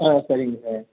ஆ சரிங்க சார்